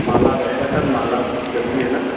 माला रहेगा सर माला ज़रूरी है न सर